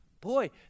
Boy